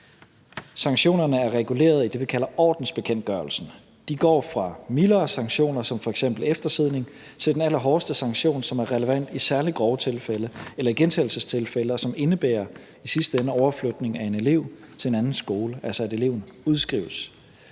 Sanktionerne er reguleret af det, vi kalder ordensbekendtgørelsen. De går fra mildere sanktioner som f.eks. eftersidning til den allerhårdeste sanktion, som er relevant i særlig grove tilfælde eller i gentagelsestilfælde, og som i sidste ende indebærer overflytning af en elev til en anden skole, altså at eleven udskrives.